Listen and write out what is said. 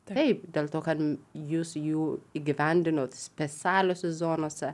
taip dėl to kad jūs jų įgyvendinot specialiose zonose